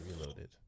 reloaded